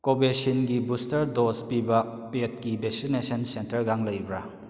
ꯀꯣꯚꯦꯛꯁꯤꯟꯒꯤ booster dose ꯄꯤꯕ ꯄꯦꯗꯀꯤ vaccination ꯁꯦꯟꯇꯔꯒ ꯂꯩꯕ꯭ꯔꯥ